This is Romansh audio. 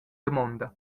damonda